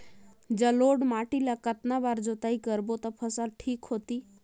जलोढ़ माटी ला कतना बार जुताई करबो ता फसल ठीक होती?